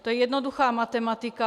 To je jednoduchá matematika.